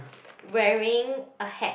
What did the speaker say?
wearing a hat